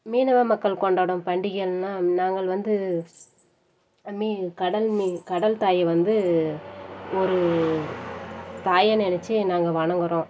மீனவ மக்கள் கொண்டாடும் பண்டிகள்ன்னா நாங்கள் வந்து மீ கடல் மீன் கடல் தாயை வந்து ஒரு தாயாக நினைச்சு நாங்கள் வணங்கறோம்